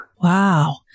Wow